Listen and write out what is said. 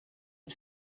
and